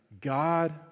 God